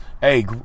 Hey